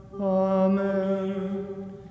Amen